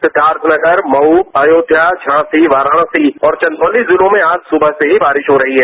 सिद्धार्थनगर मऊ अयोध्या झांसी वाराणसी और चंदौली जिलों में आज सुबह से ही बारिश हो रही है